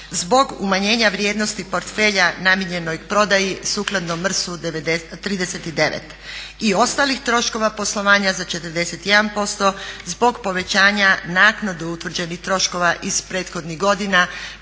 zbog umanjenja vrijednosti portfelja namijenjenoj prodaji sukladno MRS-u 39 i ostalih troškova poslovanja za 41% zbog povećanja naknade utvrđenih troškova iz prethodnih godina